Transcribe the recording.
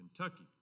Kentucky